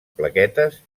plaquetes